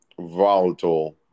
volatile